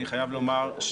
אני חייב לומר,